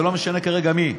לא משנה כרגע מי.